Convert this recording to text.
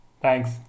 Thanks